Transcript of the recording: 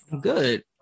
Good